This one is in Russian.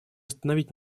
остановить